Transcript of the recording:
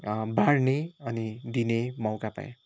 बाढ्ने र दिने मौका पाएँ